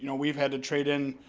you know we've had to trade in,